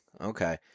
okay